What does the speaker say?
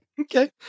Okay